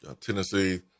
Tennessee